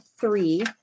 three